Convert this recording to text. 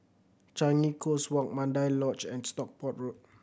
Changi Coast Walk Mandai Lodge and Stockport Road